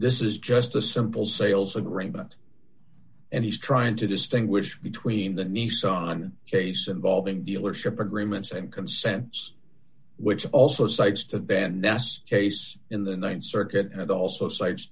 this is just a simple sales agreement and he's trying to distinguish between the nissan case involving dealership agreements and consents which also cites to van ness case in the th circuit and also cites